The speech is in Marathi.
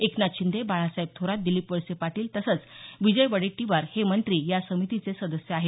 एकनाथ शिंदे बाळासाहेब थोरात दिलीप वळसे पाटील तसंच विजय वडेट्टीवार हे मंत्री या समितीचे सदस्य आहेत